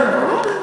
כן, אוקיי.